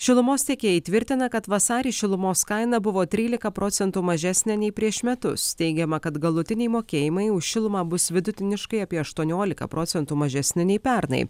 šilumos tiekėjai tvirtina kad vasarį šilumos kaina buvo trylika procentų mažesnė nei prieš metus teigiama kad galutiniai mokėjimai už šilumą bus vidutiniškai apie aštuoniolika procentų mažesni nei pernai